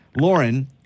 Lauren